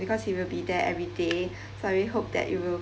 because he will be there every day so I really hope that you will